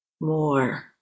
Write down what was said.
more